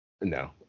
No